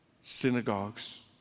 synagogues